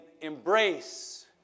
embrace